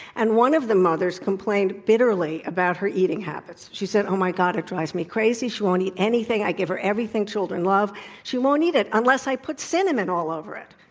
and one of the mothers complained bitterly about her eating habits. she said, oh, my god, it drives me crazy. she won't eat anything. i give her everything children love she won't eat it unless i put cinnamon all over it.